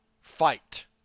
fight